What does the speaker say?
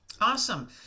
Awesome